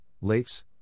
lakes